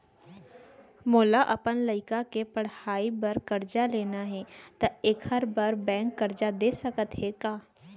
मोला अपन लइका के पढ़ई बर करजा लेना हे, त एखर बार बैंक करजा दे सकत हे का?